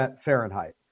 Fahrenheit